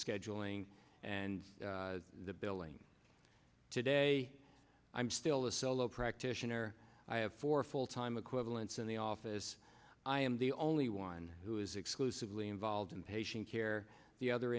scheduling and the billing today i'm still a solo practitioner i have four full time equivalents in the office i am the only one who is exclusively involved in patient care the other